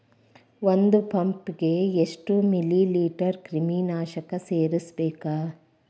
ಒಂದ್ ಪಂಪ್ ಗೆ ಎಷ್ಟ್ ಮಿಲಿ ಲೇಟರ್ ಕ್ರಿಮಿ ನಾಶಕ ಸೇರಸ್ಬೇಕ್?